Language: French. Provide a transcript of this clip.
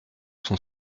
son